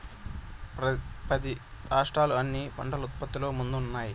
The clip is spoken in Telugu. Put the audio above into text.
పది రాష్ట్రాలు అన్ని పంటల ఉత్పత్తిలో ముందున్నాయి